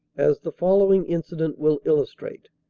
as the following incident will illustrate.